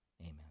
amen